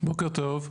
בוקר טוב.